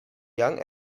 young